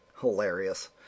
Hilarious